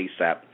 ASAP